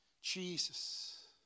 Jesus